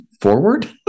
forward